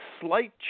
slight